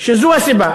שזו הסיבה.